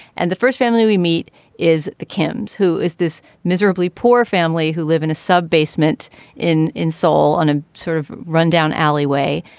and the first family we meet is the kims. who is this miserably poor family who live in a sub basement inn in seoul on a sort of rundown alleyway.